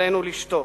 עלינו לשתוק.